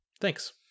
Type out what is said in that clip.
Thanks